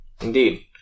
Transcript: Indeed